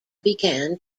began